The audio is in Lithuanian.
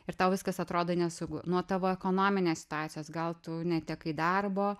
ir tau viskas atrodo nesaugu nuo tavo ekonominės situacijos gal tu netekai darbo